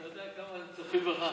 אתה יודע כמה צופים בך?